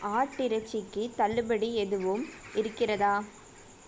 ஆட்டிறைச்சிக்கு தள்ளுபடி எதுவும் இருக்கிறதா